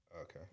Okay